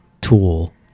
tool